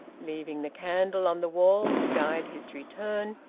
leaving the candle on the wall to guide his return,